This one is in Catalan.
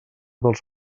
dels